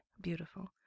beautiful